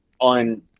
on